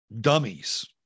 dummies